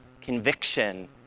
conviction